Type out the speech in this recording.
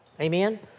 amen